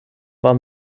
war